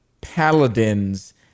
Paladins